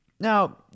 Now